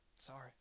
sorry